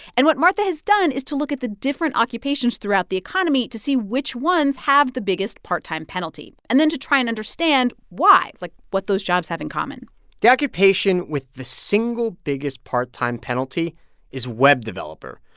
and what martha has done is to look at the different occupations throughout the economy to see which ones have the biggest part-time penalty and then to try and understand why like, what those jobs have in common the occupation with the single biggest part-time penalty is web developer.